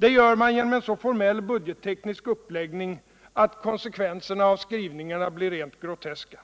Det gör man genom en så formell budgetteknisk uppläggning att konsekvenserna av skrivningarna blir rent groteska.